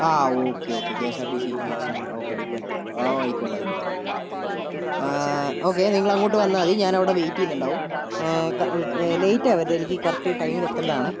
ആ okay okay K S R T C സ്റ്റാൻഡിൽ ടിപ്പോൻ്റെ അവിടെ ഓക്കേ ഓക്കേ ആയിക്കോട്ടെ ഓക്കേ നിങ്ങൾ അങ്ങോട്ട് വന്നാൽ മതി ഞാൻ അവിടെ വെയിറ്റ് ചെയ്യുന്നുണ്ടാകും ലെയിറ്റ് ആവരുതേ എനിക്ക് കറക്റ്റ് ടൈമിൽ എത്തേണ്ടതാണെ